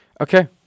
Okay